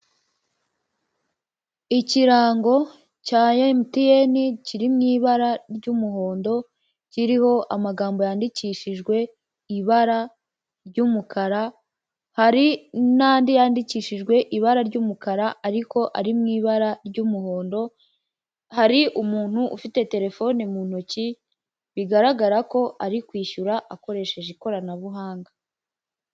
Ikirango cya emjutiyene kiri mu ibara ry'umuhondo kiriho amagambo yandikishijwe ibara ry'umukara hari n'andi yandikishijwe ibara ry'umukara ariko ari mu ibara ry'umuhondo, hari umuntu ufite terefoni mu ntoki bigaragara ko ari kwishyura akoresheje ikoranabuhanga.